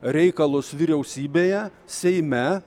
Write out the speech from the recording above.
reikalus vyriausybėje seime